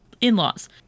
in-laws